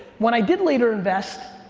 when i did later invest,